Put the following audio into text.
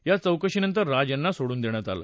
या चौकशी नंतर राज यांना सोडून देण्यात आलं